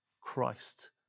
Christ